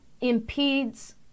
impedes